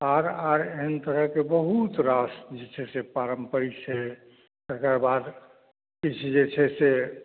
आर आर एहन तरहक बहुत रास जे छै से परम्परिक छै तेकर बाद किछु जे छै से